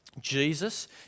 Jesus